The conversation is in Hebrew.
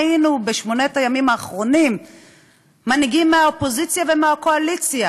ראינו בשמונת הימים האחרונים מנהיגים מהאופוזיציה ומהקואליציה